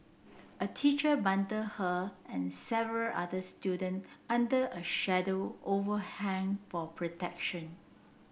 a teacher bundled her and several other student under a shallow overhang for protection